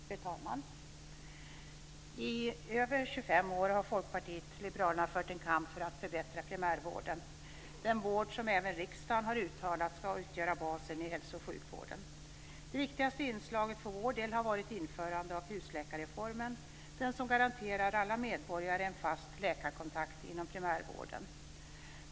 Fru talman! I över 25 år har Folkpartiet liberalerna fört en kamp för att förbättra primärvården, den vård som även riksdagen har uttalat ska utgöra basen i hälso och sjukvården. Det viktigaste inslaget för vår del har varit genomförandet av husläkarreformen, som garanterar alla medborgare en fast läkarkontakt inom primärvården.